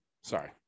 sorry